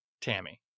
Tammy